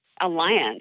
alliance